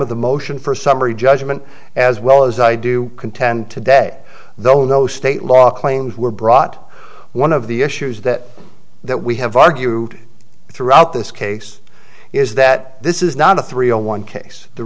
of the motion for summary judgment as well as i do contend today though no state law claims were brought one of the issues that that we have argued throughout this case is that this is not a three zero one case the